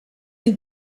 and